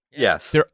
Yes